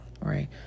right